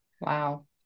Wow